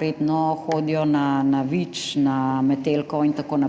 redno hodijo na Vič, na Metelkovo itn., ker